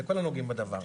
לכל הנוגעים בדבר.